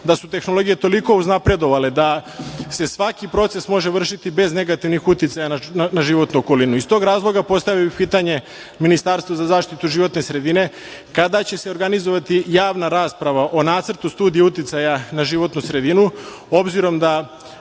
da su tehnologije toliko uznapredovale da se svaki proces može vršiti bez negativnih uticaja na životnu okolinu. Iz tog razloga postavio bih pitanje Ministarstvu za zaštitu životne sredine - kada će se organizovati javna rasprava o Nacrtu studije uticaja na životnu sredinu, obzirom da